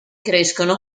crescono